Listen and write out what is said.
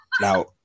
Now